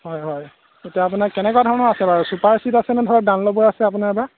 হয় হয় এতিয়া আপোনাৰ কেনেকুৱা ধৰণৰ আছে বাৰু চুপাৰচিট আছেনে ধৰক ডানলবৰ আছে আপোনাৰ বা